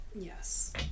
Yes